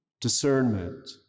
discernment